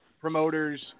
promoters